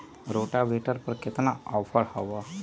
Rotavator पर केतना offer हव?